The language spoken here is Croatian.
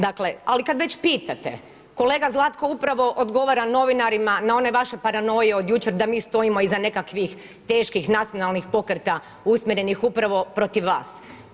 Dakle, ali kada već pitate, kolega Zlatko upravo odgovara novinarima, na one vaše paranoje, od jučer da mi stojimo iza nekakvih teških nacionalnih pokreta usmjerenih upravo protiv vas.